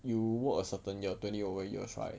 you work a certain year twenty over years right